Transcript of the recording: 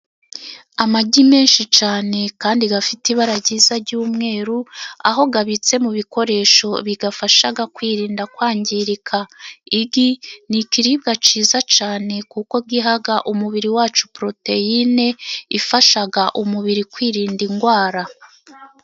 Amagi menshi cyane kandi gafite ibara ryiza ry'umweru aho abitse mu bikoresho biyafasha kwirinda kwangirika. Igi ni ikiribwa cyiza cyane, kuko giha umubiri wacu poroteyine ifasha umubiri kwirinda indwara.